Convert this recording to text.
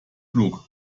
klug